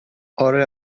آره